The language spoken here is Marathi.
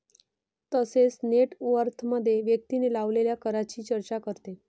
तसेच नेट वर्थमध्ये व्यक्तीने लावलेल्या करांची चर्चा करते